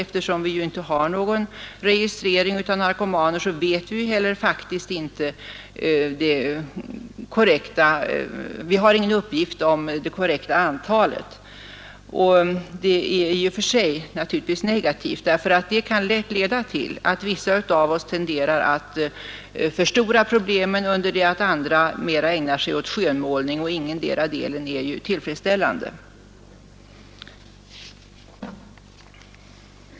Eftersom vi inte har någon registrering av narkomaner har vi inte heller någon uppgift om det korrekta antalet. Detta är naturligtvis i och för sig negativt, därför att det lätt kan leda till att en del av oss förstorar problemet, under det att andra ägnar sig åt skönmålning av förhållandena — ingendera delen är tillfredsställande.